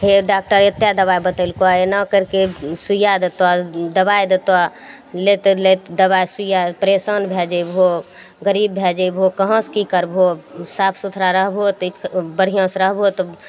फेर डाक्टर एत्ते दवाइ बतेलको एना कैरिके सुइया देतो दवाइ देतो लैत लैत दवाइ सुइया प्रेशान भए जयबहो गरीब भए जयबहो कहाँ से की करबहो साफ सुथड़ा रहबहो तऽ ई बढ़िआँ से रहबहो तऽ ई